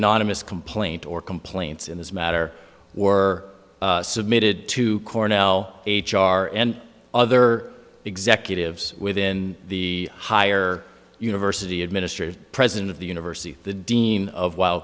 anonymous complaint or complaints in this matter were submitted to cornell h r and other executives within the higher university administrators president of the university the dean of wil